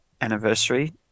anniversary